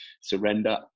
surrender